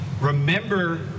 remember